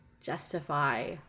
justify